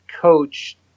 coach